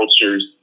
cultures